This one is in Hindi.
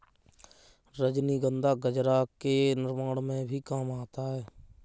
रजनीगंधा गजरा के निर्माण में भी काम आता है